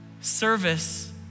service